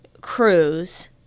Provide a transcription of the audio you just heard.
cruise